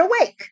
awake